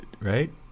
right